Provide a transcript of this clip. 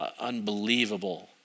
unbelievable